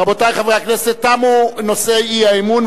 רבותי חברי הכנסת, תמו נושאי האי-אמון.